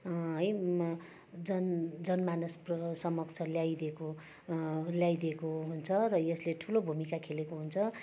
है मा जन जनमानस प्र समक्ष ल्याइदिएको ल्याइदिएको हुन्छ र यसले ठुलो भूमिका खेलेको हुन्छ